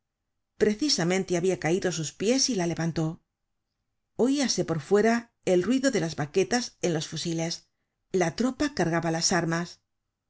precisamente habia caido á sus pies y la levantó oíase por fuera el ruido de las baquetas en los fusiles la tropa cargaba las armas